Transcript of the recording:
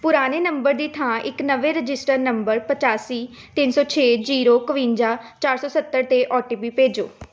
ਪੁਰਾਣੇ ਨੰਬਰ ਦੀ ਥਾਂ ਇੱਕ ਨਵੇਂ ਰਜਿਸਟਰਡ ਨੰਬਰ ਪਚਾਸੀ ਤਿੰਨ ਸੌ ਛੇ ਜੀਰੋ ਇੱਕਵੰਜਾ ਚਾਰ ਸੌ ਸੱਤਰ 'ਤੇ ਓ ਟੀ ਪੀ ਭੇਜੋ